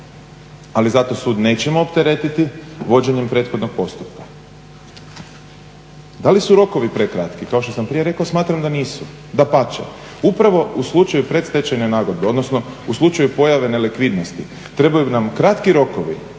Ali zato sud nećemo opteretiti vođenjem prethodnog postupka. Da li su rokovi prekratki. Kao što sam prije rekao smatram da nisu. Dapače, upravo u slučaju predstečajne nagodbe, odnosno u slučaju pojave nelikvidnosti. Trebaju nam kratki rokovi